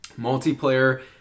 multiplayer